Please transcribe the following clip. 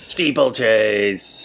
Steeplechase